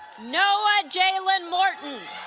noah jalen morton